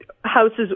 houses